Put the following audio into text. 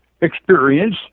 experience